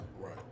Right